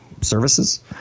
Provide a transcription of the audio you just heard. services